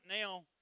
now